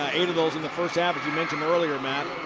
ah eight of those in the first half. as you mentioned earlier, matt.